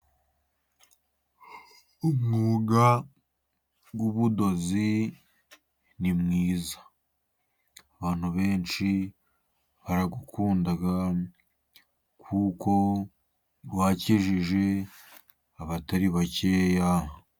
Umwuga w'ubudozi ni mwiza. Abantu benshi barawukunda, kuko wakijije abatari bakeya.